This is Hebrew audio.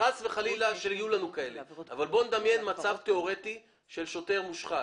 חס וחלילה יהיו לנו כאלה אבל בוא נדמיין מצב תיאורטי של שוטר מושחת